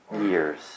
years